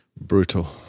Brutal